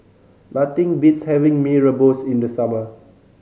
nothing beats having Mee Rebus in the summer